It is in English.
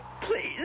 Please